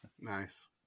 Nice